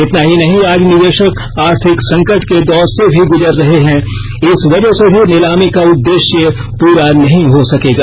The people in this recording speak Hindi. इतना ही नहीं आज निवेषक आर्थिक संकट के दौर से भी गुजर रहे हैं इस वजह से भी नीलामी का उद्देष्य पूरा नहीं हो सकेगा